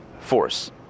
force